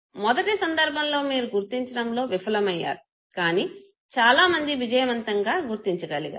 మొదటి సందర్భంలో మీరు గుర్తించడం లో విఫలమయ్యారు కానీ చాలా మంది విజయవంతంగా గుర్తించగలిగారు